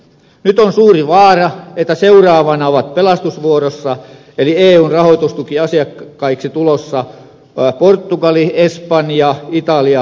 nyt on suuri vaara että seuraavana ovat pelastusvuorossa eli eun rahoitustukiasiakkaiksi tulossa portugali espanja italia ja unkari